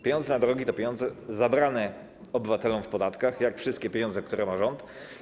Pieniądze na drogi to pieniądze zabrane obywatelom w podatkach, jak wszystkie pieniądze, które ma rząd.